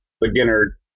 beginner